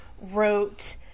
wrote